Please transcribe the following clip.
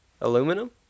Aluminum